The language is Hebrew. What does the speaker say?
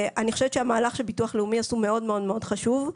אני חושבת שהמהלך שביטוח לאומי עשו מאוד מאוד מאוד חשוב.